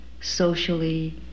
socially